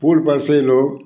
पुल पर से लोग